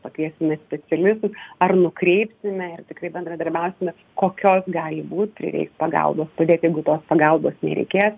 pakviesime specialistus ar nukreipsime ir tikrai bendradarbiausime kokios gali būt prireiks pagalbos padėt jeigu tos pagalbos nereikės